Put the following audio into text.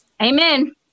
Amen